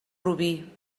rubí